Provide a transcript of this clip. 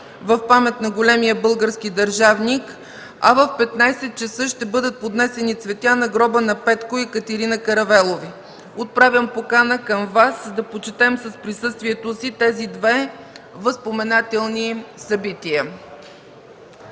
в памет на големия български държавник, а в 15,00 ч. ще бъдат поднесени цветя на гроба на Петко и Екатерина Каравелови. Отправям покана към Вас да почетем с присъствието си тези две възпоменателни събития.